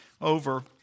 over